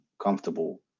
comfortable